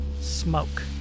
smoke